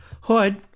Hood